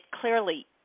clearly